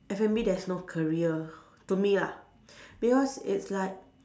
F&B there's no career to me lah because it's like